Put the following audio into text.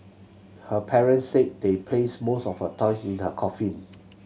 her parents said they placed most of her toys in her coffin